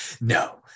No